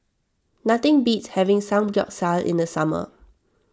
nothing beats having Samgyeopsal in the summer